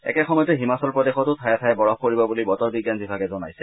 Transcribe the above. একেসময়তে হিমাচল প্ৰদেশটো ঠায়ে ঠায়ে বৰফ পৰিব বুলি বতৰ বিজ্ঞান বিভাগে জনাইছে